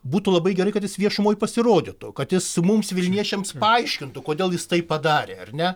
o būtų labai gerai kad jis viešumoj pasirodytų kad jis mums vilniečiams paaiškintų kodėl jis tai padarė ar ne